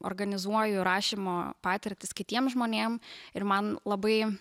organizuoju rašymo patirtis kitiem žmonėm ir man labai